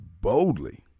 boldly